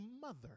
mother